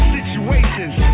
Situations